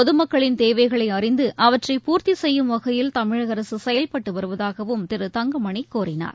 பொகமக்களின் தேவைகளைஅறிந்துஅவற்றை பூர்த்திசெய்யும் வகையில் தமிழகஅரசுசெயல்பட்டுவருவதாகவும் திரு தங்கமணிகூறினார்